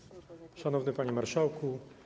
Szanowny Panie Marszałku!